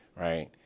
right